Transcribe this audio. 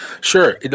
Sure